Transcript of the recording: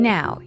Now